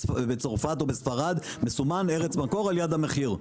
בצרפת או בספרד מסמנים ארץ מקור על יד המחיר,